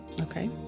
okay